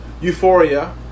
euphoria